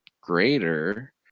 greater